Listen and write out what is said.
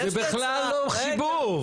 זה בכלל לא שיבוב.